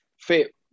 fit